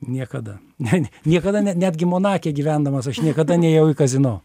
niekada niekada ne netgi monake gyvendamas aš niekada nėjau į kazino